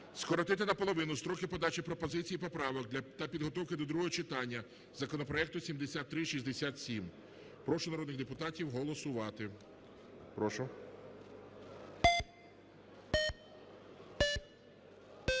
скоротити наполовину строки подачі пропозицій і поправок та підготовки до другого читання законопроекту 7364. Прошу народних депутатів голосувати.